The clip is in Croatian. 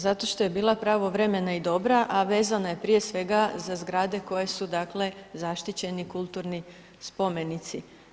Zato što je bila pravovremena i dobra, a vezana je prije svega za zgrade koje su dakle zaštićeni kulturni spomenici.